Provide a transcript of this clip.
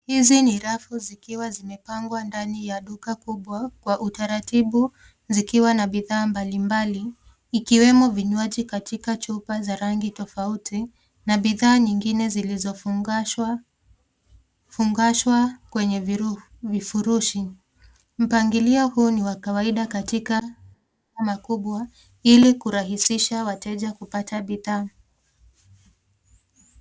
Hizi ni rafu zikiwa zimepangwa ndani ya duka kubwa, kwa utaratibu zikiwa na bidhaa mbalimbali ikiwemo vinywaji katika chupa za rangi tofauti na bidhaa nyingine zilizofungashwa kwenye vifurushi. Mpangilio huu ni wa kawaida katika makubwa ili kurahisisha wateja kupata bidhaa.